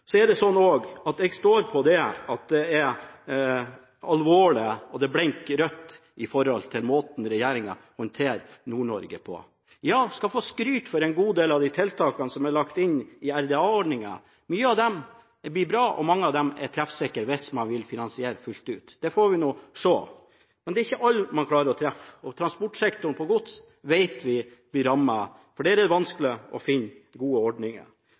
så overrasket over. Det er sannsynligvis fordi man har gitt store skattekutt. Da blir det mindre penger i systemet, og det blir mindre til kommunene. Det behøver man kanskje ikke være rakettforsker for å finne ut. Jeg står på at det er alvorlig, og at varsellampene blinker rødt når det gjelder måten regjeringen håndterer Nord-Norge på. Den skal få skryt for en god del av de tiltakene som ble lagt inn i RDA-ordningen. Mange av dem er gode og treffsikre – hvis man vil finansiere dem fullt ut. Det får vi se. Det er ikke alle man klarer å treffe. Transportsektoren,